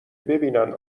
ببینن